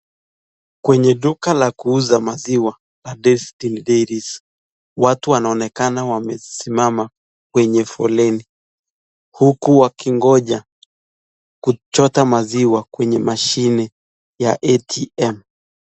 Kwenye duka la kuuza maziwa ya [Destiny dairies] watu wanaonekana wamesimama kwenye foleni huku wakingoja kuchota maziwa kwenye mashine ya ATM .